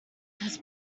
this